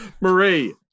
marie